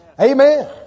Amen